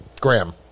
Graham